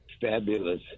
fabulous